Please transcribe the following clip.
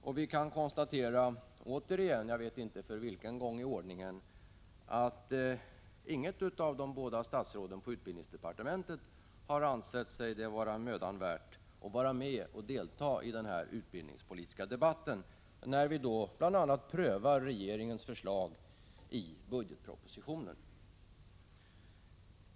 Återigen kan vi konstatera — jag vet inte för vilken gång i ordningen — att inget av de båda statsråden i utbildningsdepartementet har ansett det vara mödan värt att i kammaren delta i den här utbildningspolitiska debatten, där vi som sagt bl.a. prövar regeringens förslag i budgetpropositionen.